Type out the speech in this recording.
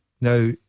Now